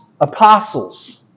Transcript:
apostles